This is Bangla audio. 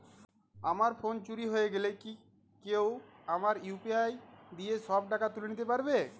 আমার ফোন চুরি হয়ে গেলে কি কেউ আমার ইউ.পি.আই দিয়ে সব টাকা তুলে নিতে পারবে?